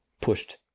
pushed